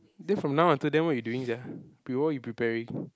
then from now until then what you doing sia what you preparing